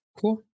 Cool